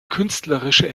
künstlerische